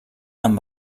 amb